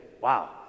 wow